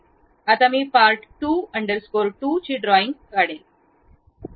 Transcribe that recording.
आता मी part 2 underscore 2 D drawing करू